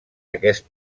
aquest